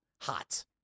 hot